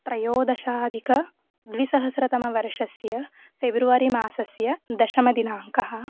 त्रयोदशादिकद्विसहस्रतमवर्षस्य फ़ेब्रवरिमासस्य दशमदिनाङ्कः